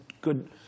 good